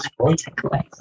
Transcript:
takeaway